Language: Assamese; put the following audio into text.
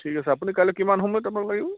ঠিক আছে আপুনি কাইলৈ কিমান সময়ত আপোনাক লাগিব